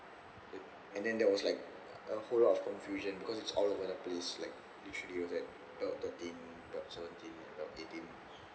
and then there was like a whole lot of confusion because it's all over the place like belt thirteen belt seventeen and belt eighteen